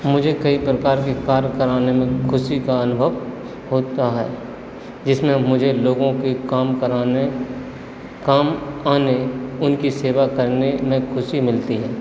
मुझे कई प्रकार के कार्य कराने में ख़ुशी का अनुभव होता है जिसमें मुझे लोगों के काम कराने काम आने उनकी सेवा करने में ख़ुशी मिलती है